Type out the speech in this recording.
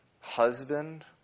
husband